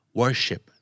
worship